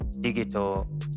digital